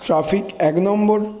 traffic এক নম্বর